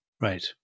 Right